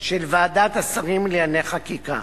של ועדת השרים לענייני חקיקה.